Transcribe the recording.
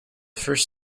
first